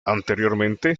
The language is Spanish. anteriormente